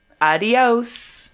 Adios